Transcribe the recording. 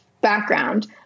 background